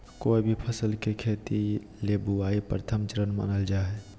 कोय भी फसल के खेती ले बुआई प्रथम चरण मानल जा हय